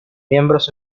miembros